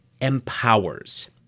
empowers